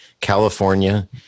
california